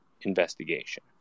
investigation